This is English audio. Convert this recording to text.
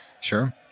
Sure